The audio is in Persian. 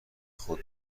خود